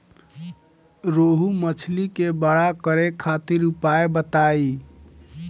रोहु मछली के बड़ा करे खातिर उपाय बताईं?